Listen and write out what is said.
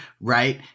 right